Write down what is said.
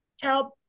help